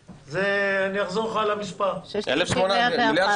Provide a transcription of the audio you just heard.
אני אחזור לך על המספר -- 1.8 מיליארד,